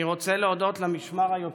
אני רוצה להודות למשמר היוצא,